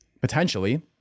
potentially